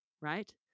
right